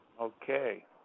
Okay